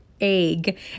egg